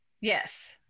Yes